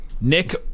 Nick